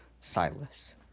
Silas